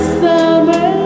summer